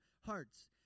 hearts